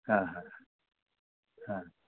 हां हां हां